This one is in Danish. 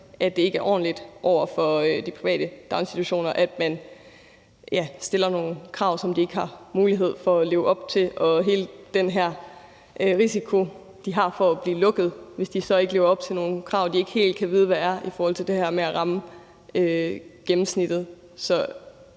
at det ikke er ordentligt over for de private daginstitutioner, at man stiller nogle krav, som de ikke har mulighed for at leve op til, og at de står med den her risiko for at blive lukket, hvis de så ikke lever op til nogle krav, de ikke helt kan vide hvad er, i forhold til det her med at ramme gennemsnittet.